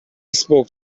spoke